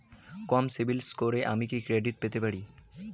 কম CIBIL স্কোরে কি আমি ক্রেডিট পেতে পারি?